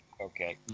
Okay